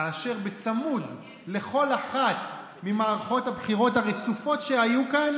כאשר בצמוד לכל אחת ממערכות הבחירות הרצופות שהיו כאן